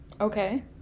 Okay